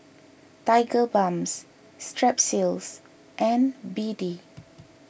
Tigerbalm Strepsils and B D